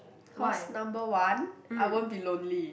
cause number one I won't be lonely